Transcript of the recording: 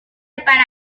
aparato